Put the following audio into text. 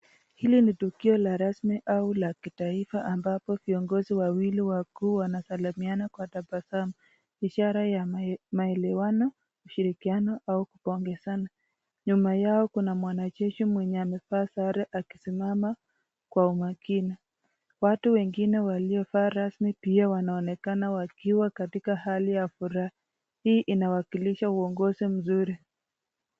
Hili ni tukio la rasmi au la kitaifa ambapo viongozi wawili wakuu wanasalimiana kwa tabasamu ,ishara ya maelewano , ushirikiano au kupongezana ,nyuma yao kuna mwanajeshi mwenye amevaa sare akisimama kwa umakini ,watu wengine waliovaa rasmi pia wanaonekana wakiwa katika hali ya furaha hii inawakilisha uongozi mzuri.